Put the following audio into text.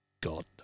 God